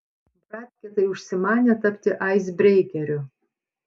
bratkė tai užsimanė tapti aisbreikeriu